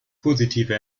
positive